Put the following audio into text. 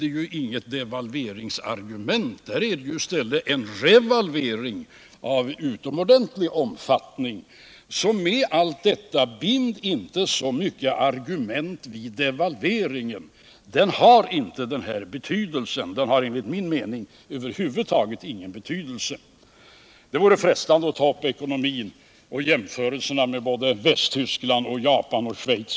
Där finns inget devalveringsargument, utan där har skett en revalvering av utomordentlig omfattning. Så med tanke på allt detta: Bind inte så många argument vid devalveringen! Den har inte denna betydelse. Den har enligt min mening över huvud taget ingen betydelse. Det vore frestande att ta upp ekonomin och jämförelserna med Västtyskland, Japan och Schweiz.